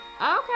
okay